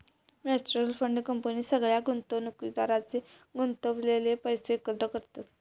mutual fund company सगळ्या गुंतवणुकदारांचे गुंतवलेले पैशे एकत्र करतत